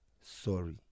sorry